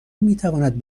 میتواند